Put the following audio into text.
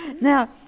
Now